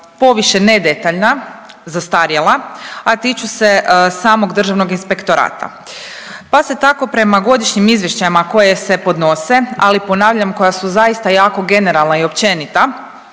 poviše ne detaljna, zastarjela, a tiču se samog državnog inspektorata, pa se tako prema godišnjem izvješćajima koji se podnose, ali ponavljam koja su zaista jako generalna i općenita,